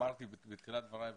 אמרתי בתחילת דבריי,